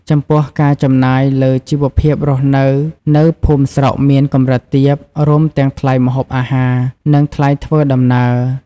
ចំពោះ ការចំណាយ លើជីវភាពរស់នៅនៅភូមិស្រុកមានកម្រិតទាប រួមទាំងថ្លៃម្ហូបអាហារ និងថ្លៃធ្វើដំណើរ។